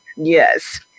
Yes